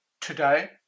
today